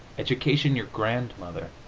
education your grandmother!